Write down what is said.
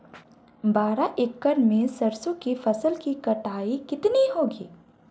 बारह एकड़ में सरसों की फसल की कटाई कितनी होगी?